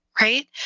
right